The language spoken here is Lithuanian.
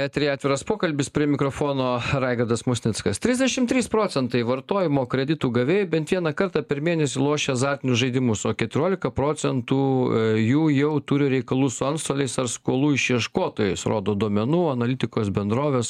etveryje atviras pokalbis prie mikrofono raigardas musnickas trisdešimt trys procentai vartojimo kreditų gavėjai bent vieną kartą per mėnesį lošė azartinius žaidimus o keturiolika procentų jų jau turiu reikalų su antstoliais ar skolų išieškotojus rodo duomenų analitikos bendrovės